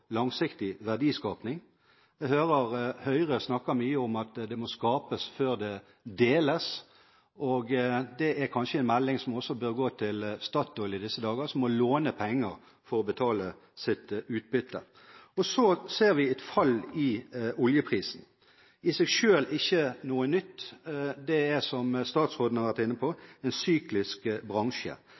langsiktig verdiskaping. Jeg hører Høyre snakke mye om at det må skapes før det deles. Det er en melding som kanskje bør gå til Statoil i disse dager, som må låne penger for å betale sitt utbytte. Så ser vi et fall i oljeprisen – i seg selv ikke noe nytt. Det er, som statsråden har vært inne på, en syklisk bransje.